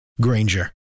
Granger